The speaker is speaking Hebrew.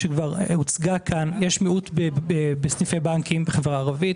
שכבר הוצגה פה יש מיעוט בסניפי בנקים בחברה הערבית.